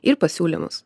ir pasiūlymus